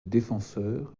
défenseur